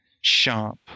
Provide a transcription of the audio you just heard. Sharp